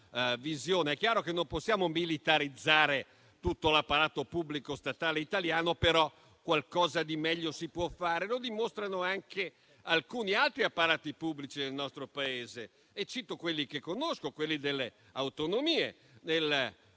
È chiaro che non possiamo militarizzare tutto l'apparato pubblico statale italiano, ma qualcosa di meglio si può fare, come dimostrano anche altri apparati pubblici del nostro Paese: cito quelli che conosco, le autonomie,